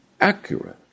accurate